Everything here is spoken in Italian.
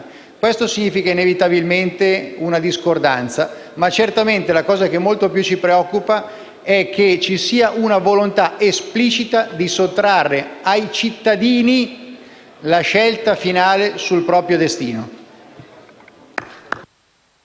Questo significa inevitabilmente una discordanza, ma la cosa che ci preoccupa molto più è che ci sia una volontà esplicita di sottrarre ai cittadini la scelta finale sul proprio destino.